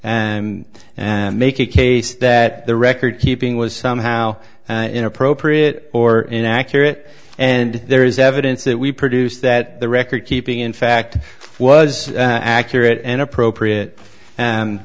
and make a case that the record keeping was somehow inappropriate or inaccurate and there is evidence that we produced that the record keeping in fact was accurate and appropriate and